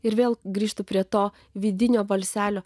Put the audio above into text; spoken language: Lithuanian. ir vėl grįžtu prie to vidinio balselio